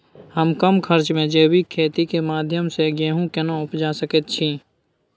हम कम खर्च में जैविक खेती के माध्यम से गेहूं केना उपजा सकेत छी?